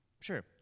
Sure